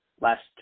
last